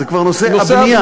זה כבר נושא הבנייה.